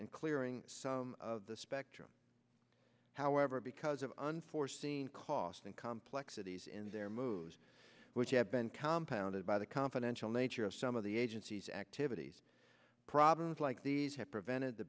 and clearing some of the spectrum however because of unforeseen costs and complex cities in their moves which have been compound by the confidential nature of some of the agency's activities problems like these have prevented the